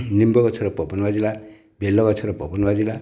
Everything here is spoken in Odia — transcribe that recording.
ନିମ୍ବ ଗଛର ପବନ ବାଜିଲା ବେଲ ଗଛର ପବନ ବାଜିଲା